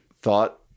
thought